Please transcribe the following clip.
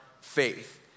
faith